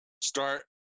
start